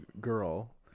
girl